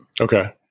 Okay